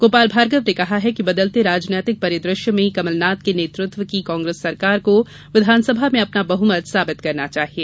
गोपाल भार्गव ने कहा कि बदलते राजनीतिक परिदृश्य में कमलनाथ के नेतृत्व की कांग्रेस सरकार को विधानसभा में अपना बहुमत साबित करना चाहिए